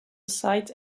site